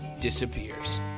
disappears